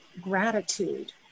gratitude